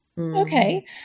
Okay